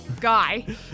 guy